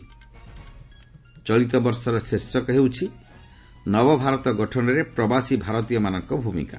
ଚଳିତ ବର୍ଷର ଶୀର୍ଷକ ହେଉଛି ନବ ଭାରତ ଗଠନରେ ପ୍ରବାସୀ ଭାରତୀୟମାନଙ୍କ ଭୂମିକା